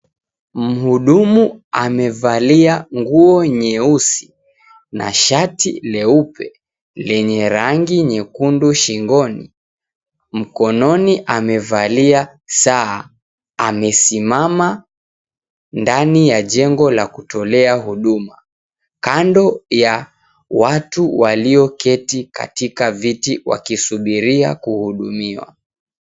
Mhudumu amevalia nguo nyeusi na shati leupe lenye rangi nyekundu shingoni. Mkononi amevalia saa, amesimama ndani ya jengo la kutolea huduma. Kando ya watu walioketi katika viti wakisubiria kuhudumiwa.